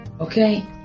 Okay